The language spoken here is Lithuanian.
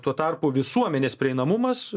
tuo tarpu visuomenės prieinamumas